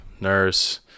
nurse